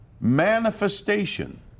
manifestation